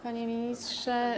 Panie Ministrze!